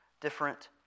different